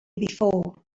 before